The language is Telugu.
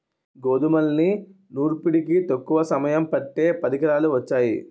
గోధుమల్ని నూర్పిడికి తక్కువ సమయం పట్టే పరికరాలు వొచ్చాయి